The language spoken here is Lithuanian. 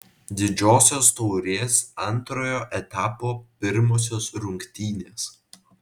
didžiosios taurės antrojo etapo pirmosios rungtynės